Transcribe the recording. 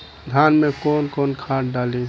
धान में कौन कौनखाद डाली?